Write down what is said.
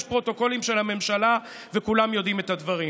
יש פרוטוקולים של הממשלה, וכולם יודעים את הדברים.